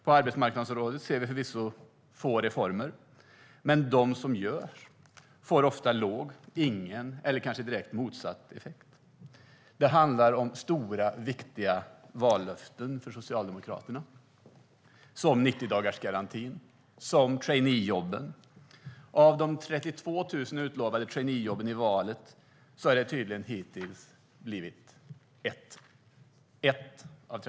På arbetsmarknadsområdet ser vi förvisso få reformer, men de som görs får ofta låg, ingen eller kanske direkt motsatt effekt. Det handlar om stora, viktiga vallöften för Socialdemokraterna, såsom 90-dagarsgarantin och traineejobben. Av de 32 000 traineejobb som utlovades i valet har det hittills bara blivit ett enda.